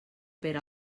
per